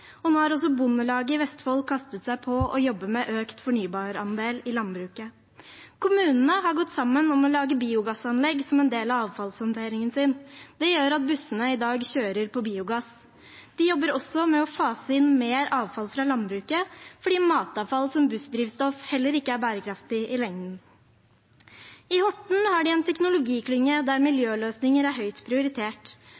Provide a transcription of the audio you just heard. tak. Nå har også Bondelaget i Vestfold kastet seg på og jobber med økt fornybarandel i landbruket. Kommunene har gått sammen om å lage biogassanlegg som en del av avfallshåndteringen sin. Det gjør at bussene i dag kjører på biogass. De jobber også med å fase inn mer avfall fra landbruket, fordi matavfall som bussdrivstoff heller ikke er bærekraftig i lengden. I Horten har de en teknologiklynge der